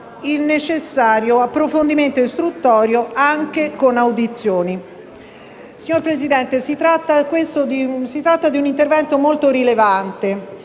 il necessario approfondimento istruttorio anche con audizioni. Signor Presidente, si tratta di un intervento molto rilevante